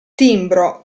timbro